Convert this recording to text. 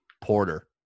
Porter